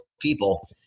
people